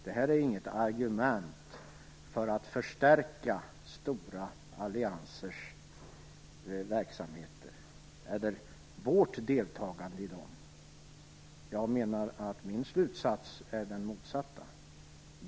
Det är inget argument för att förstärka stora alliansers verksamhet eller vårt deltagande i dem. Min slutsats är den motsatta.